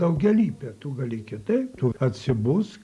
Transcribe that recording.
daugialypė tu gali kitaip tu atsibusk